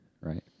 Right